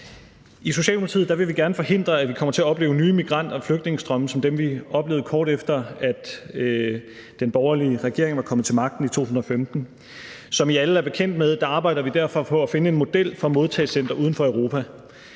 I Socialdemokratiet vil vi gerne forhindre, at vi kommer til at opleve nye migrant- og flygtningestrømme som dem, vi oplevede, kort efter at den borgerlige regering var kommet til magten i 2015. Som I alle er bekendt med, arbejder vi derfor på at finde en model for et modtagecenter uden for Europa.